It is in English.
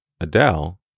Adele